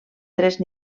tres